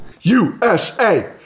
USA